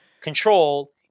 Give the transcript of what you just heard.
control